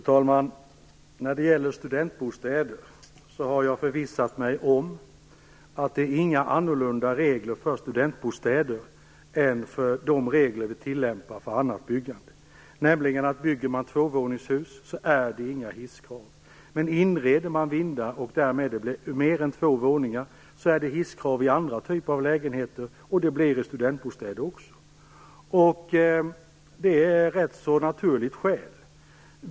Fru talman! Jag har förvissat mig om att inga andra regler skall gälla för studentbostäder än dem vi tillämpar för annat byggande. Bygger man tvåvåningshus finns inga hisskrav. Men om man inreder vindar och det därigenom blir mer än två våningar, blir det hisskrav i andra typer av bostäder och alltså även i studentbostäder. Skälet till detta är naturligt.